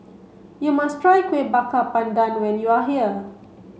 you must try Kuih Bakar Pandan when you are here